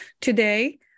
Today